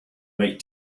might